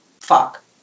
fuck